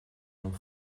orm